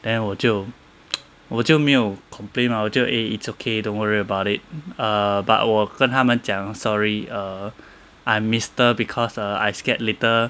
then 我就我就没有 complain mah 我就 eh it's okay don't worry about it err but 我跟他们讲 sorry err I'm mister because err I scared later